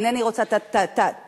אינני רוצה את הכותרת,